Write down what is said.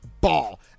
ball